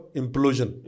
implosion